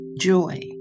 joy